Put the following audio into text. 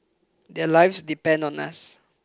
their lives depend on us